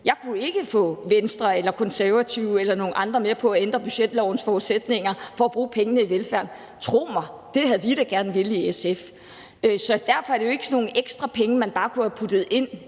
Jeg kunne ikke få Venstre eller Konservative eller nogle andre med på at ændre budgetlovens forudsætninger for at bruge pengene i velfærden. Tro mig – det havde vi da gerne villet i SF. Så derfor er det jo for det første ikke sådan nogle ekstra penge, man bare kunne have puttet ind